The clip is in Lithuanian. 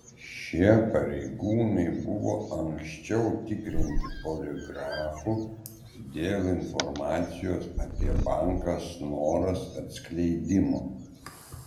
šie pareigūnai buvo anksčiau tikrinti poligrafu dėl informacijos apie banką snoras atskleidimo